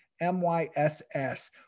M-Y-S-S